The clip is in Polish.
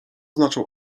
znaczą